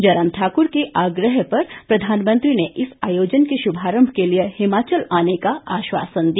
जयराम ठाकुर के आग्रह पर प्रधानमंत्री ने इस आयोजन के शुभारंभ के लिए हिमाचल आने का आश्वासन दिया